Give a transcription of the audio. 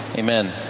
Amen